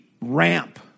ramp